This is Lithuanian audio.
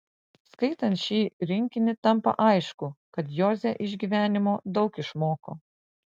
skaitant šį rinkinį tampa aišku kad joze iš gyvenimo daug išmoko